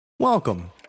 Welcome